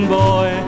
boy